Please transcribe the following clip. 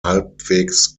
halbwegs